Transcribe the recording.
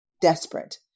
desperate